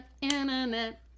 internet